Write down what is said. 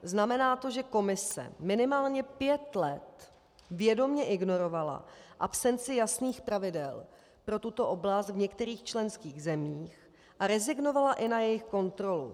Znamená to, že Komise minimálně pět let vědomě ignorovala absenci jasných pravidel pro tuto oblast v některých členských zemích a rezignovala i na jejich kontrolu.